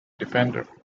defender